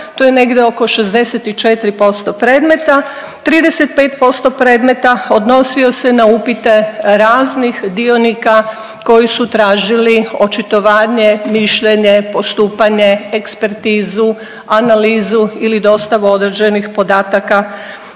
Tu je negdje oko 64% predmeta, 35% predmeta odnosio se na upite raznih dionika koji su tražili očitovanje, mišljenje, postupanje, ekspertizu, analizu ili dostavu određeni podataka